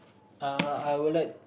uh I will like